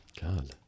God